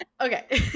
okay